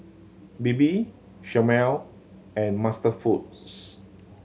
Bebe Chomel and MasterFoods